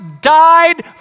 died